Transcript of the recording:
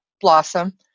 blossom